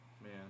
man